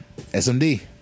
SMD